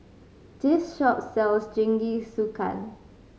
this shop sells Jingisukan